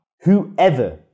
whoever